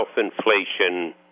self-inflation